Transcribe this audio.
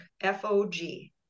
f-o-g